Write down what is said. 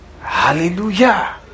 Hallelujah